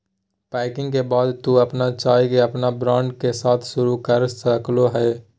packing के बाद तू अपन चाय के अपन ब्रांड के साथ शुरू कर सक्ल्हो हें